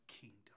kingdom